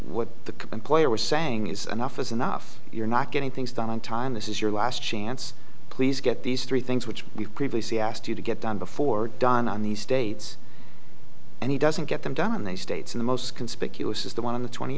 what the player was saying is an office enough you're not getting things done on time this is your last chance please get these three things which we previously asked you to get done before dawn on these states and he doesn't get them done in the states in the most conspicuous is the one on the twenty